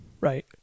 right